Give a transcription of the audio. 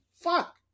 fuck